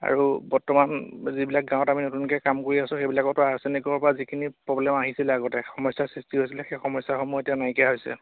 আৰু বৰ্তমান যিবিলাক গাঁৱত আমি নতুনকে কাম কৰি আছোঁ সেইবিলাকতো আৰ্চেনিকৰ পৰা যিখিনি প্ৰব্লেম আহিছিলে আগতে সমস্যাৰ সৃষ্টি হৈছিলে সেই সমস্যাসমূহ এতিয়া নাইকিয়া হৈছে